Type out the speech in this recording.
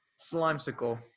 Slimesicle